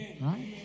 right